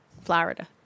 Florida